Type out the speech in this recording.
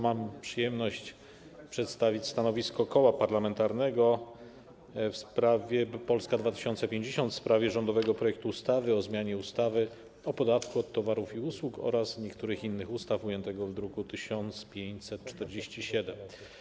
Mam przyjemność przedstawić stanowisko Koła Parlamentarnego Polska 2050 w sprawie rządowego projektu ustawy o zmianie ustawy o podatku od towarów i usług oraz niektórych innych ustaw ujętego w druku nr 1547.